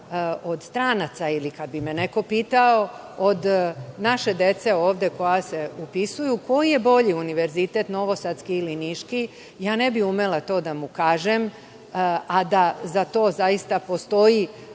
od stranaca ili kada bi me neko pitao od naše dece koja se ovde upisuju – koji je bolji univerzitet, Novosadski ili Niški, ja ne bih umela da kažem, a da za to zaista postoji